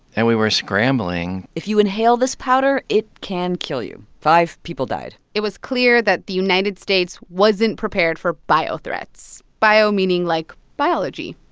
and we were scrambling if you inhale this powder, it can kill you. five people died it was clear that the united states wasn't prepared for bio threats bio meaning, like, biology,